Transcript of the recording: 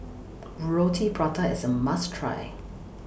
Roti Prata IS A must Try